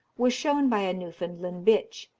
was shown by a newfoundland bitch.